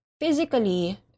physically